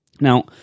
Now